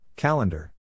Calendar